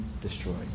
destroyed